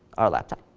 our laptop.